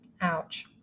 Ouch